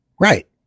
Right